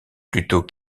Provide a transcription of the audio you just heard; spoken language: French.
plutôt